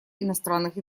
иностранных